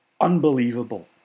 Unbelievable